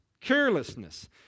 carelessness